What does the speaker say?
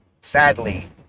Sadly